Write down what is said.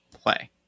play